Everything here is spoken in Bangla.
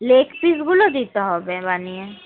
লেগ পিসগুলো দিতে হবে বানিয়ে